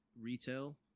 retail